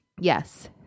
yes